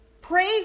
Pray